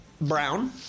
brown